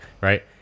right